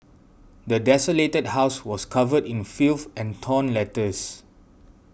the desolated house was covered in filth and torn letters